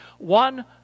One